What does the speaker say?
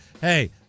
hey